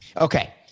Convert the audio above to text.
Okay